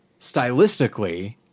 Stylistically